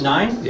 Nine